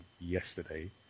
yesterday